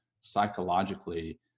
psychologically